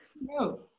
No